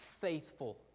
faithful